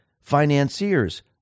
Financiers